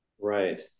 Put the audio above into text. Right